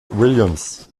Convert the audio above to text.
williams